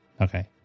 Okay